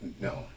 No